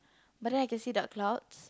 but then I can see dark clouds